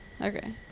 Okay